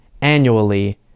annually